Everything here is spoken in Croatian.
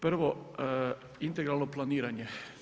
Prvo integralno planiranje.